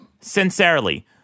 sincerely